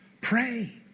Pray